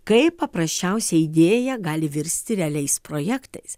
kaip paprasčiausia idėja gali virsti realiais projektais